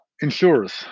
insurers